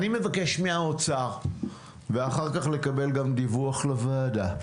אני מבקש מהאוצר ואחר כך לקבל גם דיווח לוועדה,